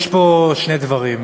יש פה שני דברים.